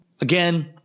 again